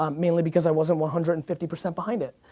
um mainly because i wasn't one hundred and fifty percent behind it,